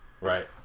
Right